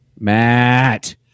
Matt